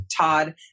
Todd